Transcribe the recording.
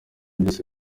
byose